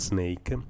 Snake